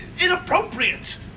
inappropriate